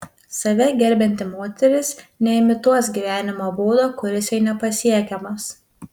save gerbianti moteris neimituos gyvenimo būdo kuris jai nepasiekiamas